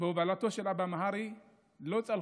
בהובלתו של אבא מהרי לא הצליחו.